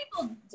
people